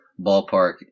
ballpark